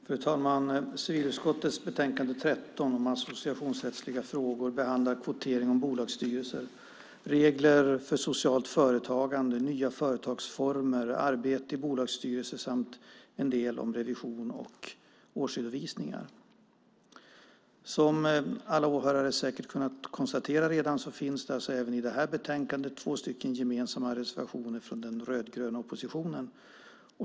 Fru talman! Civilutskottets betänkande 13 om associationsrättsliga frågor behandlar kvotering till bolagsstyrelser, regler för socialt företagande, nya företagsformer, arbete i bolagsstyrelser samt en del om revision och årsredovisningar. Som alla åhörare säkert redan har kunnat konstatera finns det även i det här betänkandet två gemensamma reservationer från den rödgröna oppositionen.